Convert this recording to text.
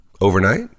overnight